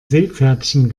seepferdchen